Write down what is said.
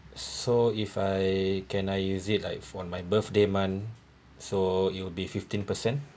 so if I can I use it like for my birthday month so it'll be fifteen percent